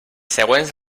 següents